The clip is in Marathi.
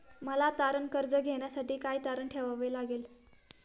मला तारण कर्ज घेण्यासाठी काय तारण ठेवावे लागेल?